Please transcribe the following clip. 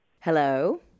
Hello